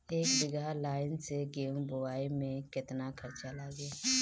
एक बीगहा लाईन से गेहूं बोआई में केतना खर्चा लागी?